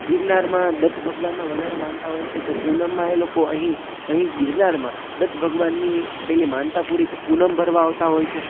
ગિરનારમાં દત્ત ભગવાનમાં વધારે માનતા હોય છે તો પૂનમમાં એ લોકો અહીં અહીં ગિરનારમાં દત્ત ભગવાનની પેલી માનતા પૂરી પૂનમ ભરવા આવતા હોય છે